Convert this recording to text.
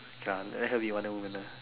okay lah let her be wonder-woman lah